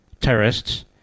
terrorists